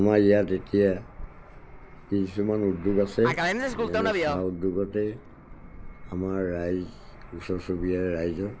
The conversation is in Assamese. আমাৰ ইয়াত এতিয়া কিছুমান উদ্যোগ আছে যেনে চাহ উদ্যোগতে আমাৰ ৰাইজ ওচৰ চুবুৰীয়া ৰাইজৰ